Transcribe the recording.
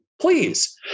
Please